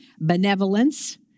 benevolence